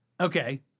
Okay